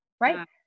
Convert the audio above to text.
right